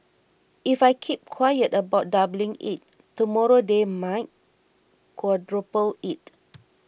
if I keep quiet about doubling it tomorrow they might quadruple it